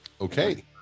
okay